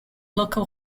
local